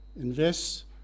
invest